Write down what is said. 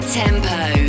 tempo